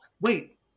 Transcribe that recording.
Wait